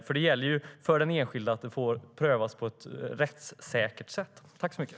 För den enskilde gäller det att de prövas på ett rättssäkert sätt.